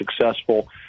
successful